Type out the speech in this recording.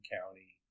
County